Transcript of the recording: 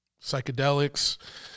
psychedelics